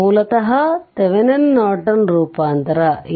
ಇದು ಮೂಲತಃ Thevenin Norton ರೂಪಾಂತರ